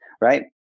right